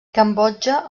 cambodja